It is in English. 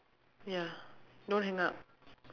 ya don't hang up